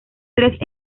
tres